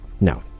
no